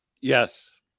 yes